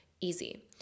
easy